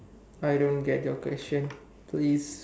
I don't get your question please